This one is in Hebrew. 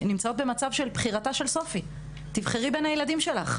נמצאות במצב של "בחירתה של סופי" תבחרי בין הילדים שלך,